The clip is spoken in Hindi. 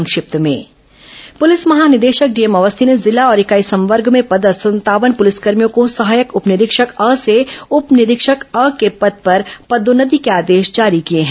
संक्षिप्त समाचार प्रलिस महानिदेशक डीएम अवस्थी ने जिला और इकाई संवर्ग में पदस्थ संतावन पुलिसकर्मियों को सहायक उप निरीक्षक अ से उप निरीक्षक अ के पद पर पदोन्नति के आदेश जारी किए हैं